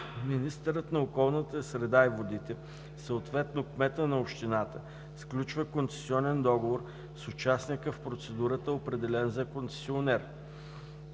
министърът на околната среда и водите, съответно кметът на общината сключва концесионен договор с участника в процедурата, определен за концесионер.